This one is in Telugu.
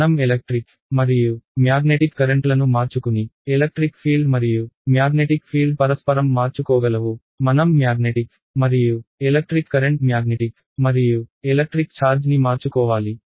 మనం ఎలక్ట్రిక్ మరియు మ్యాగ్నెటిక్ కరెంట్లను మార్చుకుని ఎలక్ట్రిక్ ఫీల్డ్ మరియు మ్యాగ్నెటిక్ ఫీల్డ్ పరస్పరం మార్చుకోగలవు మనం మ్యాగ్నెటిక్ మరియు ఎలక్ట్రిక్ కరెంట్ మ్యాగ్నిటిక్ మరియు ఎలక్ట్రిక్ ఛార్జ్ని మార్చుకోవాలి